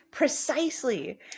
precisely